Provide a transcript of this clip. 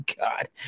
God